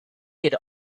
had